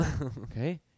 Okay